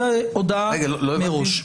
זו הודעה מראש.